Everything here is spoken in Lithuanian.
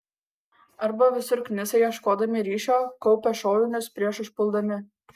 arba visur knisa ieškodami ryšio kaupia šovinius prieš užpuldami